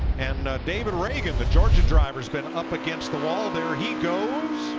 and david ragan, the georgian driver has been up against the wall. there he goes.